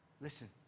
Listen